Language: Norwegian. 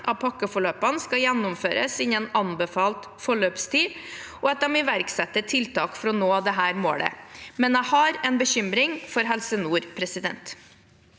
av pakkeforløpene skal gjennomføres innen anbefalt forløpstid, og at de iverksetter tiltak for å nå dette målet. Men jeg har en bekymring for Helse Nord. Tone